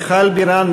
מיכל בירן,